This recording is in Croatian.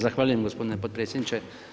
Zahvaljujem gospodine potpredsjedniče.